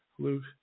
Luke